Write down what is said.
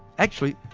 actually.